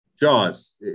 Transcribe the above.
Jaws